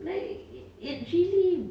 they eat jelly